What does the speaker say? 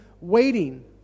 waiting